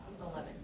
Eleven